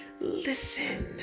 listen